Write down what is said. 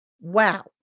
Wow